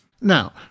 Now